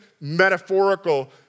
metaphorical